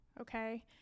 okay